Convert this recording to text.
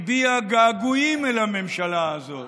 הביע געגועים אל הממשלה הזאת